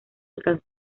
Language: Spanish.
alcanzó